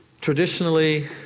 Traditionally